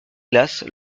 glace